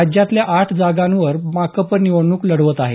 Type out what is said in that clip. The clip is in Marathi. राज्यातल्या आठ जागांवरून माकप निवडणूक लढवत आहे